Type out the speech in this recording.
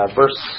verse